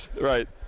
Right